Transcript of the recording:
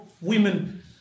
women